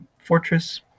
fortress